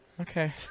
Okay